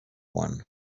one